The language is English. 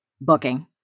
booking